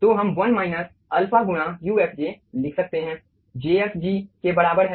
तो हम 1 minus alpha गुणा ufj लिख सकते हैं jfg के बराबर है